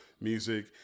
music